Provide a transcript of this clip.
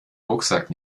rucksack